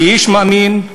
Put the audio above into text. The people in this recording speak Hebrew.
כאיש מאמין,